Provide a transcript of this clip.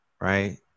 right